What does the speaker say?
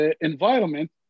environment